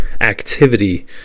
activity